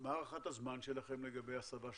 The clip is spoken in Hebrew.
מה הערכת הזמן שלכם לגבי הסבה שכזאת?